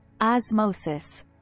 Osmosis